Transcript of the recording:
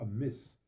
amiss